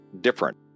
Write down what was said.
different